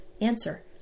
Answer